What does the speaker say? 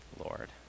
Lord